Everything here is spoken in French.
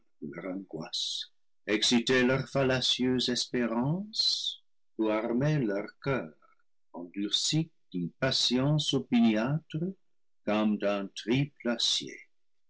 exciter leur fallacieuse espérance ou armer leur coeur endurci d'une patience opiniâtre comme d'un triple